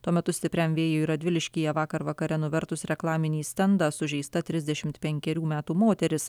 tuo metu stipriam vėjui radviliškyje vakar vakare nuvertus reklaminį stendą sužeista trisdešimt penkerių metų moteris